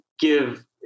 give